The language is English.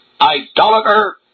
idolater